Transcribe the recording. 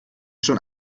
schon